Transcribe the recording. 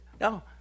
no